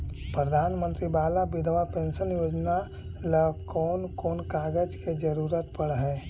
प्रधानमंत्री बाला बिधवा पेंसन योजना ल कोन कोन कागज के जरुरत पड़ है?